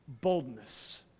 boldness